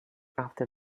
after